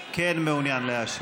כן מעוניין להשיב.